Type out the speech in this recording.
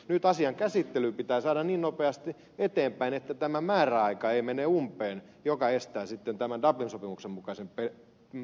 nyt asian käsittely pitää saada niin nopeasti eteenpäin että tämä määräaika ei mene umpeen joka estää sitten tämän dublin sopimuksen mukaisen palauttamisen